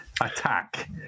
attack